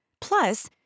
Plus